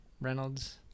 reynolds